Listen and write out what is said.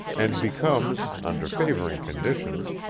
and becomes, under favoring conditions,